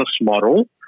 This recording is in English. model